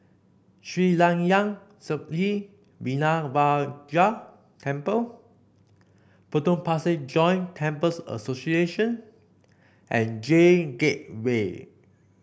Sri Layan Sithi Vinayagar Temple Potong Pasir Joint Temples Association and J Gateway